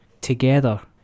together